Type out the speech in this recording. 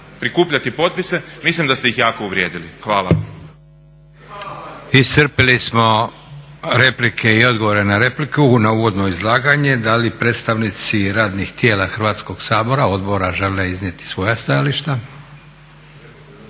prikupljati potpise mislim da ste ih jako uvrijedili. Hvala. **Leko, Josip (SDP)** Iscrpili smo replike i odgovore na repliku na uvodno izlaganje. Da li predstavnici radnih tijela Hrvatskog sabora, odbora, žele iznijeti svoja stajališta?